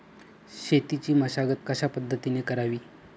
शेतीची मशागत कशापद्धतीने करावी?